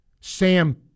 Sam